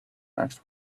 next